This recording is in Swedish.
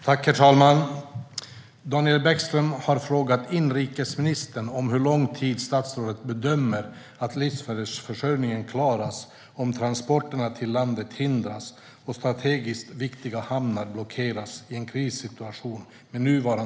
Herr talman! Daniel Bäckström har frågat inrikesministern hur lång tid statsrådet bedömer att livsmedelsförsörjningen klaras med nuvarande beredskap om transporterna till landet hindras och strategiskt viktiga hamnar blockeras i en krissituation.